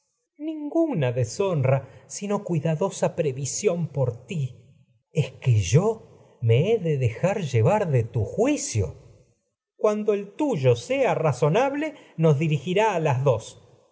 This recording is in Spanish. ninguna deshonra sino cuidadosa previsión por ti electba es que yo me he de dejar llevar de tu juicio crisótemis cuando el tuyo sea razonable nos di rigirá a las dos